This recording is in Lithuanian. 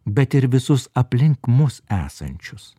bet ir visus aplink mus esančius